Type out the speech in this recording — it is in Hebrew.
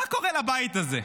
מה קורה לבית הזה?